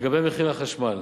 לגבי מחיר החשמל,